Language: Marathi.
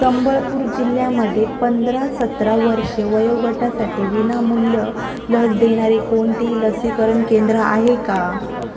संबळपूर जिल्ह्यामध्ये पंधरा सतरा वर्षे वयोगटासाठी विनामूल्य लस देणारे कोणते लसीकरण केंद्र आहे का